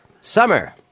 Summer